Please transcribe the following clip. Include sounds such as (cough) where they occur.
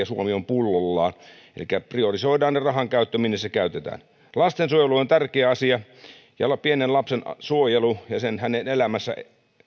(unintelligible) suomi pullollaan esimerkkejä elikkä priorisoidaan se rahankäyttö se minne se raha käytetään lastensuojelu on tärkeä asia pienen lapsen suojelu ja hänen elämässään